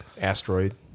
Asteroid